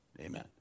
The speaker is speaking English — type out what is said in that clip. Amen